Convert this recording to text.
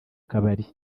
kabari